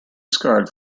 scarred